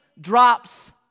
drops